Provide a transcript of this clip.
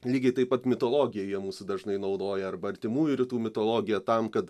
lygiai taip pat mitologiją jie mūsų dažnai naudoja arba artimųjų rytų mitologiją tam kad